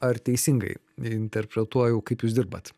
ar teisingai interpretuoju kaip jūs dirbat